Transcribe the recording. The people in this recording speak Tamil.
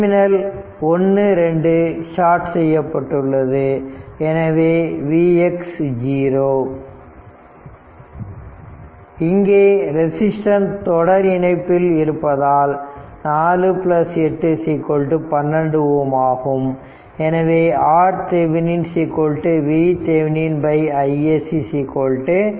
டெர்மினல் 1 2 ஷார்ட் செய்யப்பட்டுள்ளது எனவே Vx 0 இங்கே ரெசிஸ்டன்ஸ் தொடர் இணைப்பில் இருப்பதால் 48 12 Ω ஆகும் எனவே RThevenin VThevenin isc 4